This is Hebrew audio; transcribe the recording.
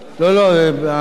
הממשלה בעד?